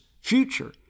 future